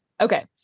Okay